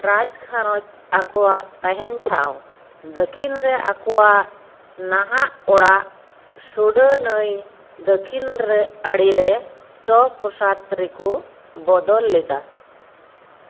ᱨᱟᱡᱽ ᱜᱷᱟᱨᱚᱸᱡᱽ ᱟᱠᱚᱣᱟᱜ ᱛᱟᱦᱮᱱ ᱴᱷᱟᱶ ᱫᱟ ᱠᱷᱤᱞ ᱨᱮ ᱟᱠᱚᱣᱟᱜ ᱱᱟᱦᱟᱜ ᱚᱲᱟᱜ ᱥᱩᱰᱟ ᱱᱟ ᱭ ᱫᱟ ᱠᱷᱤᱱ ᱨᱮ ᱟ ᱲᱤᱨᱮ ᱥᱴᱚᱠ ᱯᱨᱚᱥᱟᱛᱷ ᱨᱮᱠᱚ ᱵᱚᱫᱚᱞ ᱞᱮᱫᱟ